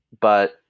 but-